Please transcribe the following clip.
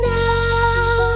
now